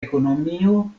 ekonomio